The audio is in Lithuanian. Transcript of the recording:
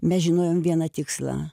mes žinojom vieną tikslą